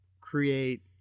create